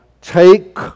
take